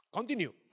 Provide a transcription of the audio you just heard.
Continue